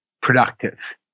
productive